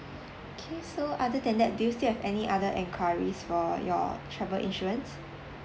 okay so other than that do you still have any other enquiries for your travel insurance